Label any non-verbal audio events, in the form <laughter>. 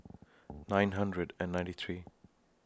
<noise> nine hundred and ninety three